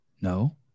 No